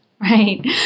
Right